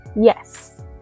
Yes